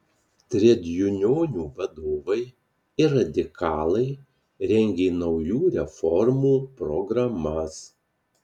tredjunionų vadovai ir radikalai rengė naujų reformų programas